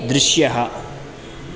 दृश्यः